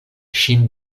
ŝin